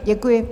Děkuji.